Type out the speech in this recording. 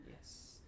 Yes